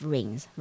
Rings